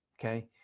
Okay